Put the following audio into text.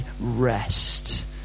rest